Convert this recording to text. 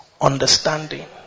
Understanding